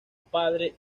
padre